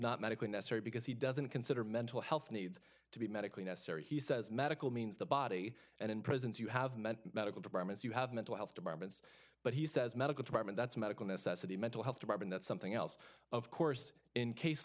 not medically necessary because he doesn't consider mental health needs to be medically necessary he says medical means the body and in prisons you have meant medical departments you have mental health departments but he says medical department that's a medical necessity mental health department that's something else of course in case